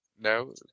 No